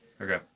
Okay